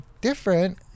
different